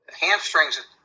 hamstrings